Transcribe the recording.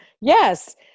Yes